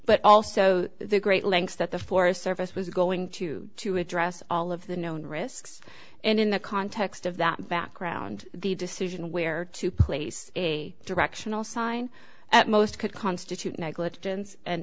but also the great lengths that the forest service was going to to address all of the known risks and in the context of that background the decision where to place a directional sign at most could constitute negligence and